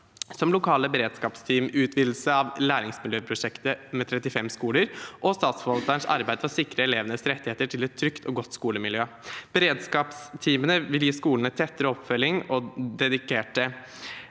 som lokale beredskapsteam, utvidelse av Læringsmiljøprosjektet med 35 skoler og statsforvalterens arbeid for å sikre elevenes rettigheter til et trygt og godt skolemiljø. Beredskapsteamene vil gi skolene tettere oppfølging og dedikerte